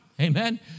Amen